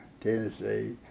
Tennessee